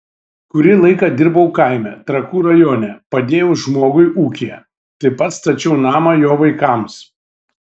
kurį laiką dirbau kaime trakų rajone padėjau žmogui ūkyje taip pat stačiau namą jo vaikams